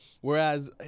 Whereas